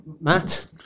Matt